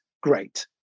great